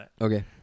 okay